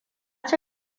ci